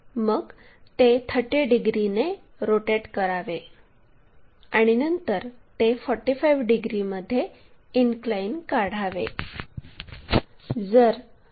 मग ते 30 डिग्रीने रोटेट करावे आणि नंतर ते 45 डिग्रीमध्ये इनक्लाइन काढावे